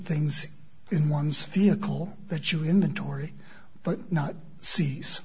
things in one's vehicle that you inventory but not sees